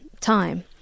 time